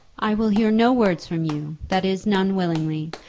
i will hear no words from you that is, none willingly.